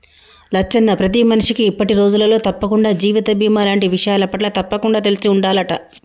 లచ్చన్న ప్రతి మనిషికి ఇప్పటి రోజులలో తప్పకుండా జీవిత బీమా లాంటి విషయాలపట్ల తప్పకుండా తెలిసి ఉండాలంట